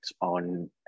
on